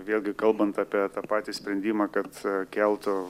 vėlgi kalbant apie tą patį sprendimą kad keltų